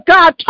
God